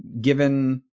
given